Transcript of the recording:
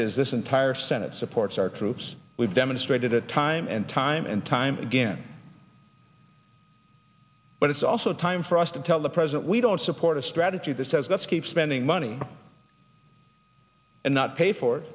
is this entire senate supports our troops we've demonstrated it time and time and time again but it's also time for us to tell the president we don't support a strategy that says let's keep spending money and not pay for it